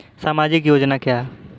सामाजिक योजना क्या है?